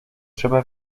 trzeba